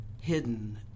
hidden